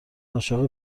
عاشق